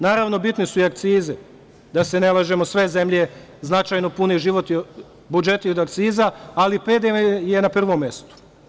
Naravno, bitne su i akcize, da se ne lažemo, sve zemlje značajno pune budžete i od akciza, ali PDV je na prvom mestu.